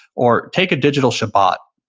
or, take a digital shabbat.